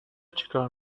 چیکار